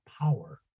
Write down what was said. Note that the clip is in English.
power